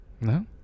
No